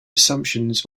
assumptions